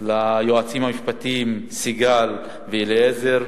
ליועצים המשפטיים סיגל ואלעזר,